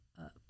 up